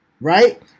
right